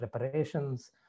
reparations